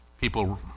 people